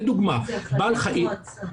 לדוגמה בעל חיים --- זו הנחיה של המועצה.